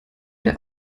der